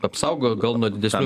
apsaugojo gal nuo didesnių